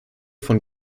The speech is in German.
von